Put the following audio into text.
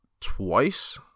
twice